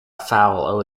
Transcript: foul